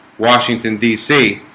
washington dc